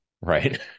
Right